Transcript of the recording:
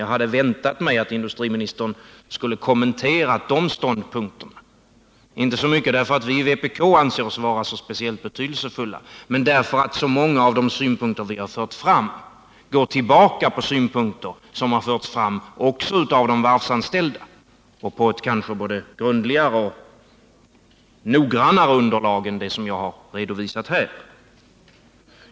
Jag hade väntat mig att industriministern skulle ha kommenterat våra ståndpunkter, inte så mycket därför att vi i vpk anser oss vara speciellt betydelsefulla, men därför att så många av de synpunkter som vi för fram går tillbaka till synpunkter som anförts av de varvsanställda, kanske på ett både grundligare och noggrannare underlag än det jag har redovisat här.